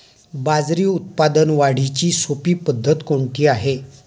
बाजरी उत्पादन वाढीची सोपी पद्धत कोणती आहे?